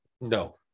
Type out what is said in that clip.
No